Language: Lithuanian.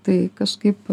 tai kažkaip